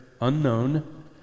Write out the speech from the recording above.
unknown